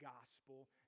gospel